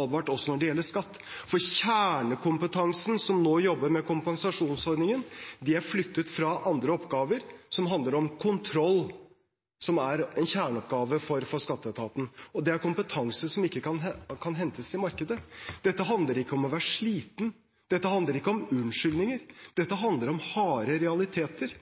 advart også når det gjelder skatt. For kjernekompetansen som nå jobber med kompensasjonsordningen, er flyttet fra andre oppgaver som handler om kontroll, som er en kjerneoppgave for skatteetaten, og det er kompetanse som ikke kan hentes i markedet. Dette handler ikke om å være sliten, dette handler ikke om unnskyldninger, dette handler om harde realiteter.